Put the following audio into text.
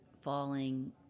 falling